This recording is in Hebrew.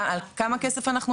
על כמה כסף אנחנו מדברים?